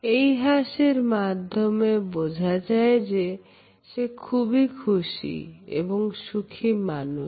এই হাসির মাধ্যমে বোঝা যায় যে সে খুবই খুশি এবং সুখী মানুষ